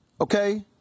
Okay